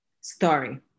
story